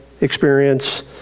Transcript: experience